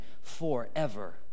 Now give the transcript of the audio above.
forever